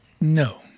no